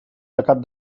tacat